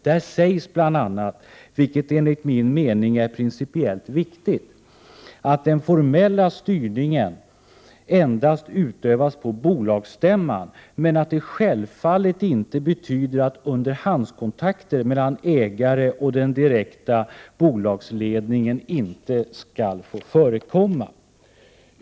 Där sägs bl.a. — vilket enligt min mening är principiellt viktigt — att den formella styrningen endast utövas på bolagsstämman men att det självfallet inte betyder att underhandskontakter mellan ägare och den direkta bolagsledningen inte skall få förekomma.